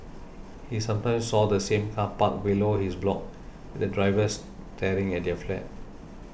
he sometimes saw the same car parked below his block with the driver staring at their flat